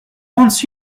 once